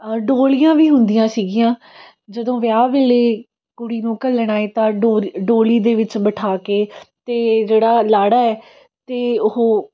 ਡੋਲੀਆਂ ਵੀ ਹੁੰਦੀਆਂ ਸੀਗੀਆਂ ਜਦੋਂ ਵਿਆਹ ਵੇਲੇ ਕੁੜੀ ਨੂੰ ਘੱਲਣਾ ਏ ਤਾਂ ਡੋਲ ਡੋਲੀ ਦੇ ਵਿੱਚ ਬਿਠਾ ਕੇ ਅਤੇ ਜਿਹੜਾ ਲਾੜਾ ਏ ਅਤੇ ਉਹ